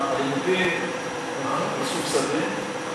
הלימודים מסובסדים.